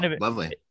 lovely